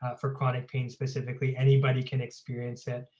for chronic pain, specifically, anybody can experience it.